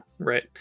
Right